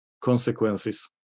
consequences